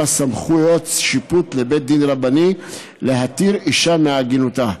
סמכויות שיפוט לבית דין רבני להתיר אישה מעגינותה,